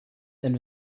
and